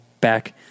back